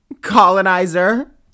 Colonizer